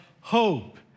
hope